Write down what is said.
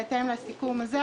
בהתאם לסיכום הזה,